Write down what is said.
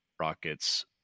rocket's